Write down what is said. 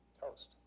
toast